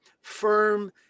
firm